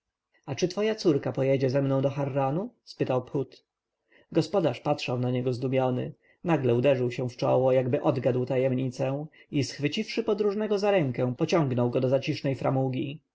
a czy twoja córka pojedzie ze mną do harranu spytał phut gospodarz patrzył na niego zdumiony nagle uderzył się w czoło jakby odgadł tajemnicę i schwyciwszy podróżnego za rękę pociągnął go do zacisznej framugi